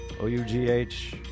O-U-G-H